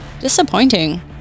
Disappointing